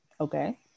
Okay